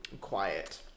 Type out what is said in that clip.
quiet